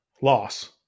Loss